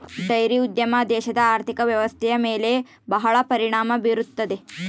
dairy ಉದ್ಯಮ ದೇಶದ ಆರ್ಥಿಕ ವ್ವ್ಯವಸ್ಥೆಯ ಮೇಲೆ ಬಹಳ ಪರಿಣಾಮ ಬೀರುತ್ತದೆ